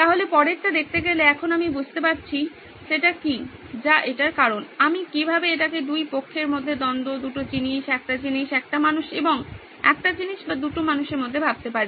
তাহলে পরেরটা দেখতে গেলে এখন আমি বুঝতে পারছি সেটা কি যা এটার কারণ আমি কিভাবে এটাকে দুই পক্ষের মধ্যে দ্বন্দ্ব দুটো জিনিস একটা জিনিস একটা মানুষ এবং একটা জিনিস বা দুটো মানুষের মধ্যে একটা ভাবতে পারি